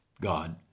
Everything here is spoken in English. God